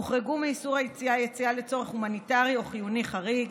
הוחרגו מאיסור היציאה יציאה לצורך הומניטרי או חיוני חריג,